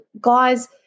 guys